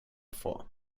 vor